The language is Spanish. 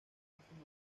último